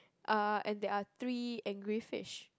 uh and there are three angry fish